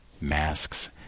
masks